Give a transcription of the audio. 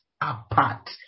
apart